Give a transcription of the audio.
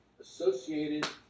associated